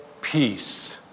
peace